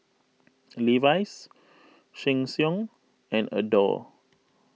Levi's Sheng Siong and Adore